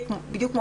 לעטות מסכה,